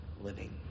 living